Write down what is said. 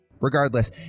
Regardless